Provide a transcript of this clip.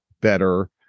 better